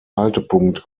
haltepunkt